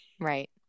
right